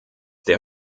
der